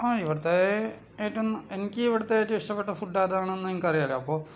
ആ ഇവിടുത്തെ ഏറ്റവും എനിക്ക് ഇവിടുത്തെ ഏറ്റവും ഇഷ്ട്ടപ്പെട്ട ഫുഡ് അതാണെന്ന് നിങ്ങൾക്ക് അറിയാല്ലോ അപ്പോൾ